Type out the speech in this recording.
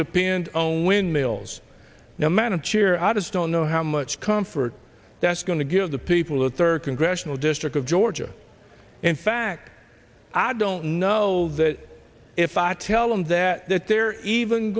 depend only windmills now manage your i just don't know how much comfort that's going to give the people of the third congressional district of georgia in fact i don't know that if i tell them that that they're even